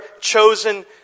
chosen